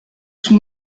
son